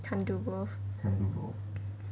can't do both